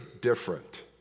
different